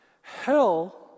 hell